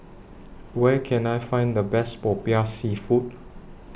Where Can I Find The Best Popiah Seafood